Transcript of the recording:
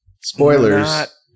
spoilers